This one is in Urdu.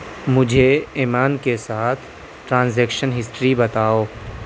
مجھے ایمان کے ساتھ ٹرانزیکشن ہسٹری بتاؤ